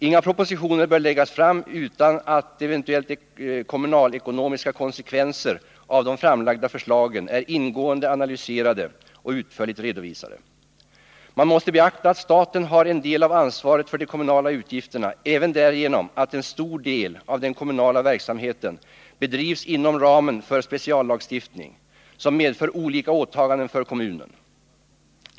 Inga propositioner bör läggas fram utan att eventuella kommunalekonomiska konsekvenser av de framlagda förslagen är ingående analyserade och utförligt redovisade. Man måste beakta att staten har en del av ansvaret för de kommunala utgifterna även därigenom att en stor del av den kommunala verksamheten bedrivs inom ramen för speciallagstiftning som medför olika åtaganden för kommunen.